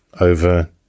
over